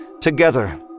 Together